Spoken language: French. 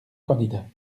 candidat